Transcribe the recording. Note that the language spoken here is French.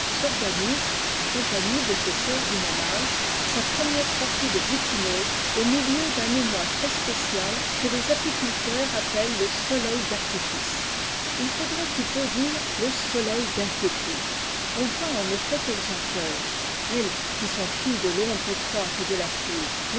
s'organise en compagnie de ses sœurs du môme âge sa première sortie de butineuse au milieu d'un émoi très spécial que les apiculteurs appellent le soleil tarliice il faud plutôt dire le soleil d'inquiétude on voit effet qu'elles ont peur elles qui sont filles de l'ombre étroite et de la foule